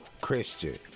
Christian